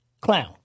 Clown